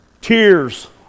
tears